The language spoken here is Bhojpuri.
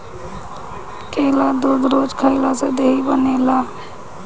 केला दूध रोज खइला से देहि बनेला